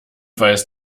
weiß